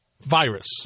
virus